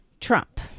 Trump